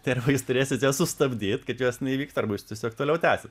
tai arba jūs turėsit juos sustabdyt kad jos neįvyktų arba jūs tiesiog toliau tęsit